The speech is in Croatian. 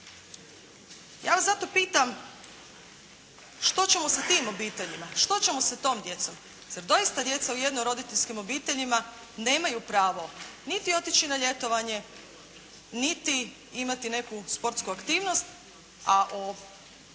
Ja vas zato pitam, što ćemo sa tim obiteljima? Što ćemo sa tom djecom? Zar doista djeca u jednoroditeljskim obiteljima nemaju pravo niti otići na ljetovanje, niti imati neku sportsku aktivnost, a o